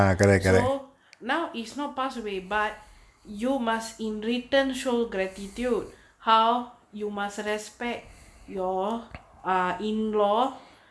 so now is not pass away but you must in written show gratitude how you must a respect you're err in-law